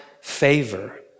favor